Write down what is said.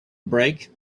break